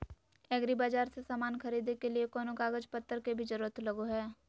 एग्रीबाजार से समान खरीदे के लिए कोनो कागज पतर के भी जरूरत लगो है?